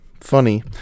funny